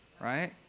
Right